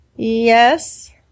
Yes